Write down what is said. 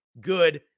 good